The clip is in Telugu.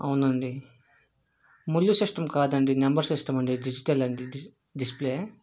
అవునండి ముల్లు సిస్టమ్ కాదండి నెంబర్ సిస్టమ్ అండి డిజిటల్ డిస్ప్లే